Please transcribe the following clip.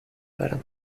برم